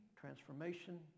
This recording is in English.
transformation